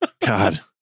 God